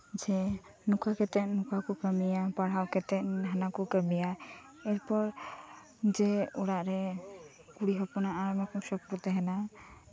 ᱡᱮ ᱱᱩᱠᱩ ᱜᱮ ᱵᱷᱩᱞ ᱠᱚ ᱠᱟᱹᱢᱤᱭᱟ ᱯᱟᱲᱦᱟᱣ ᱠᱟᱛᱮ ᱚᱱᱟ ᱠᱚ ᱠᱟᱢᱤᱭᱟ ᱮᱨᱯᱚᱨ ᱡᱮ ᱚᱲᱟᱜ ᱨᱮ ᱠᱩᱲᱤ ᱦᱚᱯᱚᱱᱟᱜ ᱟᱭᱢᱟ ᱨᱚᱠᱚᱢ ᱥᱚᱯᱱᱚ ᱛᱟᱦᱮᱱᱟ